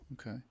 Okay